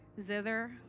zither